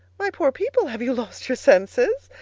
my poor people, have you lost your senses,